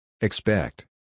Expect